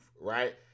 right